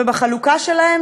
ובחלוקה שלהם,